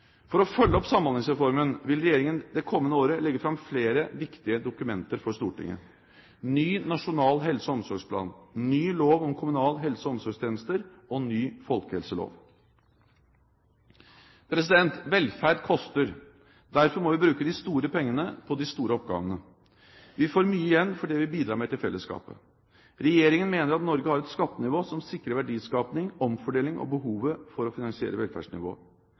For å følge opp Samhandlingsreformen vil regjeringen det kommende året legge fram flere viktige dokumenter for Stortinget: ny nasjonal helse- og omsorgsplan ny lov om kommunale helse- og omsorgstjenester ny folkehelselov Velferd koster. Derfor må vi bruke de store pengene på de store oppgavene. Vi får mye igjen for det vi bidrar med til fellesskapet. Regjeringen mener at Norge har et skattenivå som sikrer verdiskaping, omfordeling og behovet for å finansiere velferdsnivået.